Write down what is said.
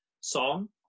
song